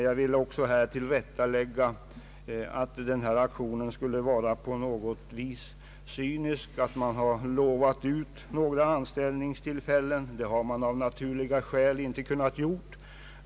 Jag vill också här tillrättalägga föreställningen att denna aktion skulle vara på något sätt cynisk, att man skulle ha lovat ut arbetstillfällen. Det har man av naturliga skäl inte kunnat göra.